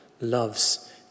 loves